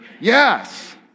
yes